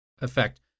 effect